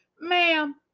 ma'am